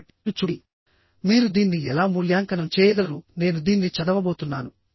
కాబట్టి మీరు చూడండి మీరు దీన్ని ఎలా మూల్యాంకనం చేయగలరు నేను దీన్ని చదవబోతున్నాను